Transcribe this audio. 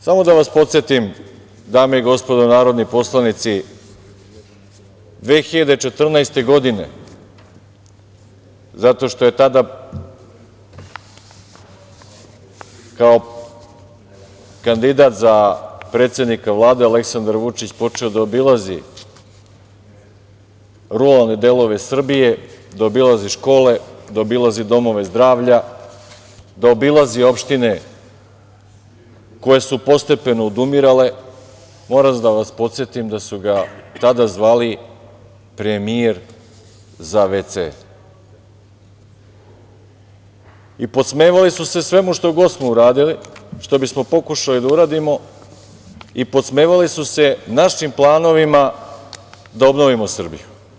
Samo da vas podsetim, dame i gospodo narodni poslanici, 2014. godine, zato što je tada kao kandidat za predsednika Vlade Aleksandar Vučić počeo da obilazi ruralne delove Srbije, da obilazi škole, da obilazi domove zdravlja, da obilazi opštine koje su postepeno odumirale, tada su ga zvali premijer za WC i podsmevali su se svemu što god smo uradili, što bismo pokušali da uradimo i podsmevali su se našim planovima da obnovimo Srbiju.